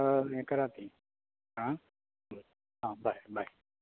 हें करात तुमी आं आं बाय बाय